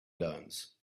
learns